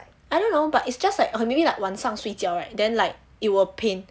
I don't know but it's just like maybe like 晚上睡觉 right then like it will pain